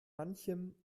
manchem